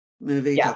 movie